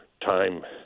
time